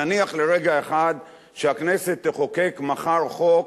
נניח לרגע אחד שהכנסת תחוקק מחר חוק,